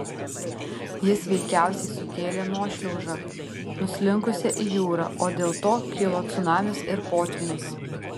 jis veikiausiai sukėlė nuošliaužą nuslinkusią į jūrą o dėl to kilo cunamis ir potvynis